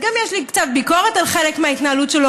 גם יש לי קצת ביקורת על חלק מההתנהלות שלו,